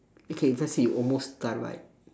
okay cause you almost died right